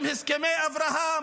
עם הסכמי אברהם